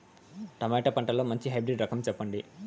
Tomato పంటలో మంచి hybrid రకం చెప్పండి?